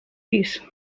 pis